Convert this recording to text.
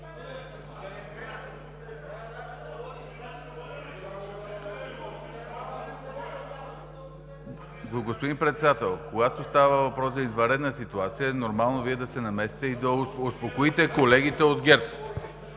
Господин Председател, когато става въпрос за извънредна ситуация, е нормално Вие да се намесите и да успокоите колегите от ГЕРБ.